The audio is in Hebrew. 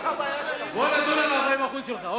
בוא נדון על ה-40% שלך.